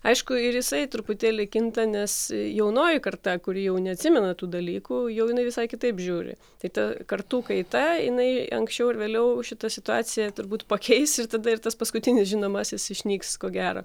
aišku ir jisai truputėlį kinta nes jaunoji karta kuri jau neatsimena tų dalykų jau jinai visai kitaip žiūri tai ta kartų kaita jinai anksčiau ar vėliau šitą situaciją turbūt pakeis ir tada ir tas paskutinis žinomasis išnyks ko gero